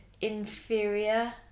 inferior